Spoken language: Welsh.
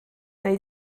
neu